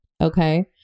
Okay